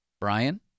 Brian